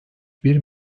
bir